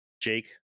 Jake